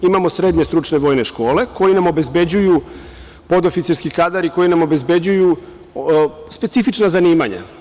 Imamo srednje, stručne vojne škole koje nam obezbeđuju podoficirski kadar i koji nam obezbeđuju specifična zanimanja.